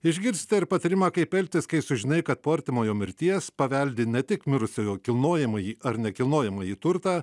išgirsta ir patarimą kaip elgtis kai sužinai kad po artimojo mirties paveldi ne tik mirusiojo kilnojamąjį ar nekilnojamąjį turtą